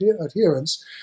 adherence